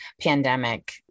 pandemic